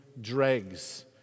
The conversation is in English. dregs